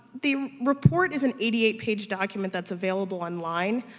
the report is an eighty eight page document that's available online,